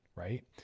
right